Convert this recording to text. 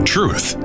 Truth